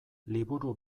liburu